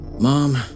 Mom